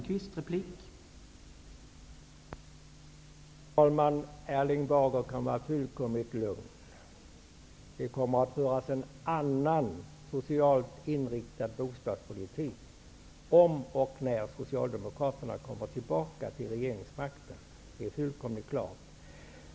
Herr talman! Erling Bager kan vara fullkomligt lugn. Det kommer att föras en annan socialt inriktad bostadspolitik om och när Socialdemokraterna kommer tillbaka till regeringsmakten. Det är fullkomligt klart.